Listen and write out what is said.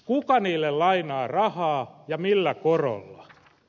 kuka niille lainaa rahaa ja millä korolla